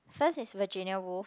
first is Virginia-Woolf